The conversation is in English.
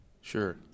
Sure